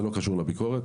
זה לא קשור לביקורת,